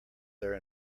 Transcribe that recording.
their